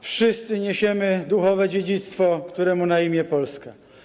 Wszyscy niesiemy duchowe dziedzictwo, któremu na imię Polska.